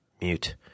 mute